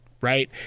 Right